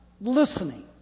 listening